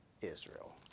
Israel